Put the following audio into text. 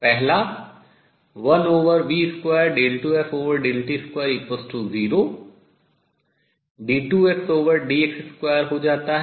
पहला 1v22ft20 d2Xdx2 हो जाता है